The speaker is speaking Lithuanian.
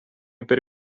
per